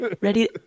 ready